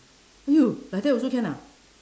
!aiyo! like that also can ah